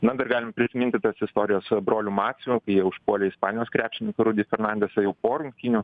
na dar galim prisiminti tas istorijas brolių macių kai jie užpuolė ispanijos krepšininką rudy fernandasą jau po rungtynių